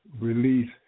release